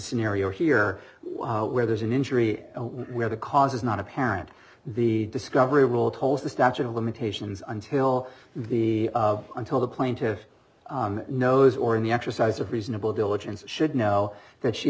scenario here where there's an injury where the cause is not apparent the discovery rule tolls the statute of limitations until the until the plaintive knows or in the exercise of reasonable diligence should know that she